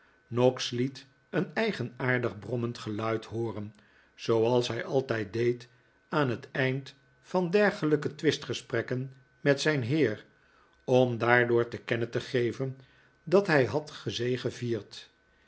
noggs liet een eigenaardig brommend geluid hooren zooals hij altijd deed aan het eind van dergelijke twistgesprekken met zijn heer om daardoor te kennen te geven dat hij had gezegevierd